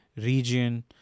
region